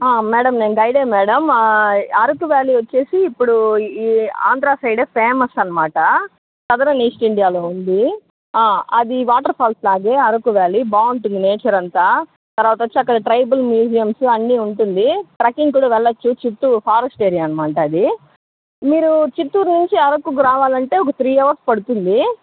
madam నే గైడే madam Araku valley వచ్చేసి ఇప్పుడు ఇ ఈ ఆంధ్రా సైడ్ ఫేమస్ అనమాట నగరం ఈస్ట్ ఇండియాలో ఉంది అది వాటర్ ఫాల్స్లాగే అరకు వ్యాలీ బాగుంటుంది నేచర్ అంతా తర్వాతొచ్చి అక్కడ ట్రైబల్ మ్యూజియమ్స్ అన్నీ ఉంటుంది ట్రెక్కింగ్ కూడా వెళ్ళచ్చు చుట్టూ ఫారెస్ట్ ఏరియా అనమాట అది మీరు చిత్తూరు నుంచి అరకుకు రావాలంటే ఒక త్రీ అవర్స్ పడుతుంది